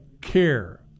care